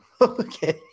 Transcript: Okay